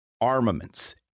armaments